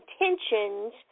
intentions